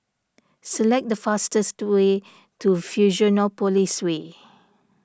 select the fastest way to Fusionopolis Way